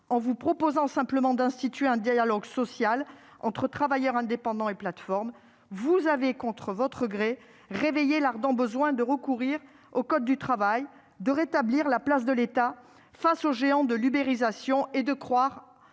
en vous proposant simplement d'instituer un dialogue social entre travailleurs indépendants et plateformes, vous avez, contre votre volonté, réveillé l'ardent besoin de recourir au code du travail, de rétablir la place de l'État face aux géants de l'ubérisation et de croire